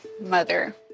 mother